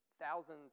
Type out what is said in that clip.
thousand